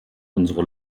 unsere